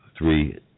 three